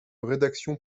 rédaction